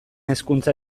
hezkuntza